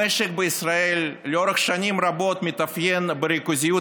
המשק בישראל לאורך שנים רבות מתאפיין בריכוזיות